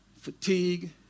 fatigue